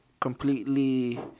completely